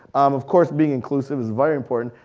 of course being inclusive is very important,